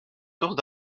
sources